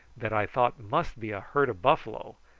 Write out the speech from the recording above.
that i thought must be a herd of buffalo,